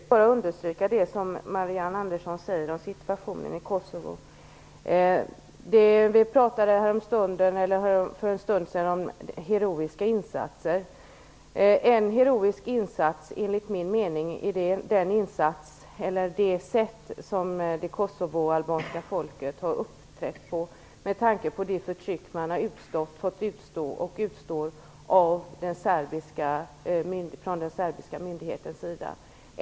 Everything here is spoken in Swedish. Herr talman! Jag vill bara understryka det som Marianne Andersson sade om situationen i Kosovo. Vi pratade för en stund sedan om heroiska insatser. En heroisk insats är, enligt min mening, det sätt som det kosovoalbanska folket har uppträtt på, med tanke på det förtryck man har fått utstå och utstår från den serbiska myndighetens sida.